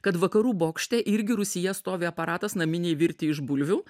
kad vakarų bokšte irgi rusyje stovi aparatas naminei virti iš bulvių